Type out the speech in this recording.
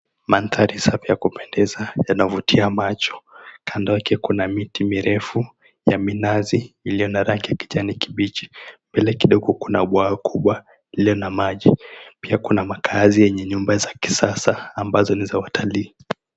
Mandhari safi ya kupendeza yanavutia macho. Kando yake kuna miti mirefu ya minazi iliyo na rangi ya kijani kibichi. Mbele kidogo kuna bwawa kubwa iliyo na maji. Pia kuna makazi yenye nyumba za kisasa ambazo ni za watalii.